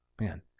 Man